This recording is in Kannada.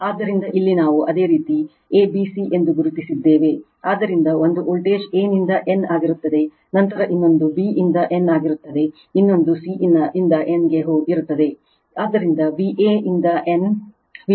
ಆದ್ದರಿಂದ ಇಲ್ಲಿ ನಾವು ಅದೇ ರೀತಿ a b c ಎಂದು ಗುರುತಿಸಿದ್ದೇವೆ ಆದ್ದರಿಂದ ಒಂದು ವೋಲ್ಟೇಜ್ a ನಿಂದ n ಆಗಿರುತ್ತದೆ ನಂತರ ಇನ್ನೊಂದು b ಇಂದ n ಆಗಿರುತ್ತದೆ ಇನ್ನೊಂದು c ಇಂದ n ಗೆ ಇರುತ್ತದೆ ಆದ್ದರಿಂದ V a ಇಂದ n V b ಇಂದ n ಮತ್ತು V c ಇಂದ n